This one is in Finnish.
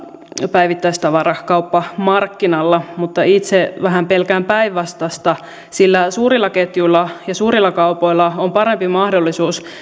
päivittäistavarakauppamarkkinalla mutta itse vähän pelkään päinvastaista sillä suurilla ketjuilla ja suurilla kaupoilla on parempi mahdollisuus